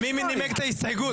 מי נימק את ההסתייגות?